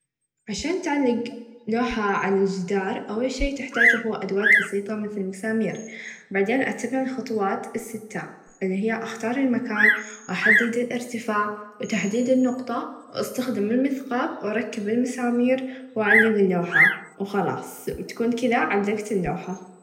عشان تعلق لوحه عالچدار أول شئ تحتاچ هو ادوات بسيطه مثل المسامير بعدين أتبع الخطوات السته إلى هى أختار المكان و أحدد الإرتفاع و تحديد النقطه و أستخدم المقاب و ركب المسامير و أعلق اللوحه و خلاص بتكون كذا علقت اللوحه.